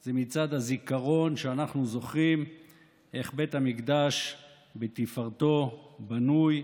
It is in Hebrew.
זה מצד הזיכרון שאנחנו זוכרים איך בית המקדש בתפארתו בנוי,